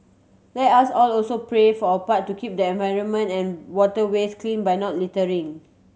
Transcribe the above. let us all also pray for our part to keep the environment and waterways clean by not littering